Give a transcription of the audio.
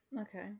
Okay